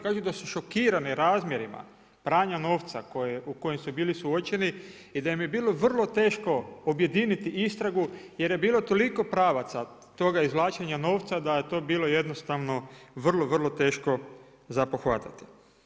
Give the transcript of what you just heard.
Kažu da su šokirane razmjerima pranja novca u kojem su bili suočeni i da im je bilo vrlo teško objediniti istragu, jer je bilo toliko pravaca toga izvlačenja novca, da je to bilo jednostavno vrlo, vrlo teško za pohvatati.